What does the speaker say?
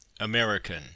American